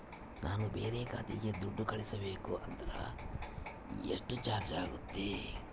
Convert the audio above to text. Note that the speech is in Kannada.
ನಾನು ಬೇರೆ ಖಾತೆಗೆ ದುಡ್ಡು ಕಳಿಸಬೇಕು ಅಂದ್ರ ಎಷ್ಟು ಚಾರ್ಜ್ ಆಗುತ್ತೆ?